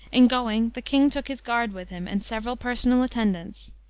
in going, the king took his guard with him, and several personal attendants.